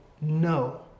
no